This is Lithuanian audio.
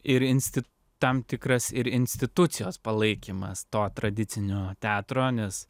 tam tikros ir institucijos palaikymas to tradicinio teatro nes